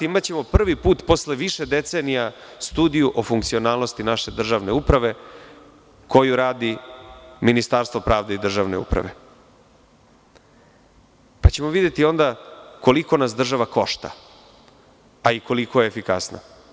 Imaćemo prvi put posle više decenija studiju o funkcionalnosti naše državne uprave koju radi Ministarstvo pravde i državne uprave, pa ćemo videti onda koliko nas država košta, a i koliko je efikasna.